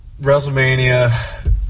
WrestleMania